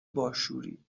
باشعوری